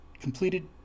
completed